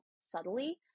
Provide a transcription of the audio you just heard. subtly